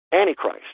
Antichrist